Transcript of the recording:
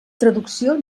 traducció